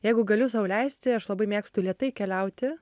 jeigu galiu sau leisti aš labai mėgstu lėtai keliauti